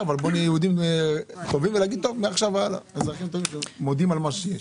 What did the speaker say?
אנחנו מודים על מה שיש.